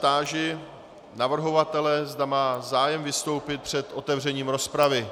Táži se navrhovatele, zda má zájem vystoupit před otevřením rozpravy.